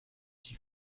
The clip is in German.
die